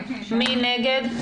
מי נגד?